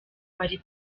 bari